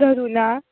धरुना